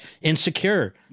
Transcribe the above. Insecure